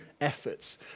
efforts